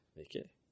Okay